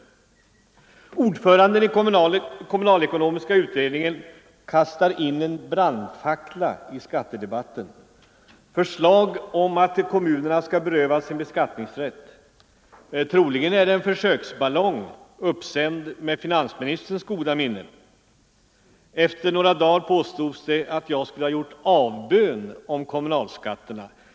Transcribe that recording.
Så här säger man ”Ordföranden i kommunalekonomiska utredningen kastar in en brandfackla i skattedebatten, förslag om att kommunerna skall berövas sin beskattningsrätt, troligen en försöksballong — uppsänd med finansministerns goda minne.” Efter några dagar påstods det att jag skulle ha gjort avbön om kommunalskatterna.